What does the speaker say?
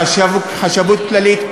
חשבות כללית,